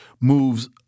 moves